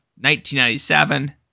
1997